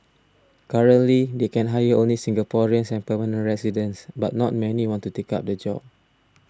currently they can hire only Singaporeans and permanent residents but not many want to take up the job